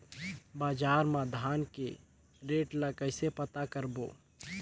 बजार मा धान के रेट ला कइसे पता करबो?